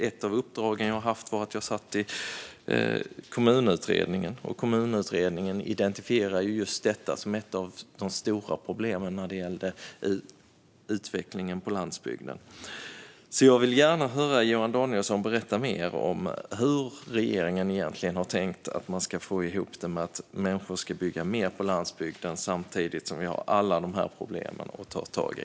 Ett av uppdragen jag har haft var att jag satt i Kommunutredningen. Kommunutredningen identifierade just detta som ett av de stora problemen när det gällde utvecklingen på landsbygden. Jag vill gärna höra Johan Danielsson berätta mer om hur regeringen egentligen har tänkt att man ska få ihop det med att människor ska bygga mer på landsbygden samtidigt som vi har alla de här problemen att ta tag i.